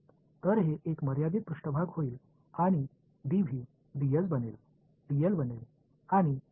எனவே இது வரையறுக்கப்பட்ட மேற்பரப்பாக மாறும் மற்றும் dV dS ஆக மாறும்